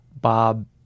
Bob